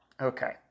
Okay